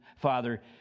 father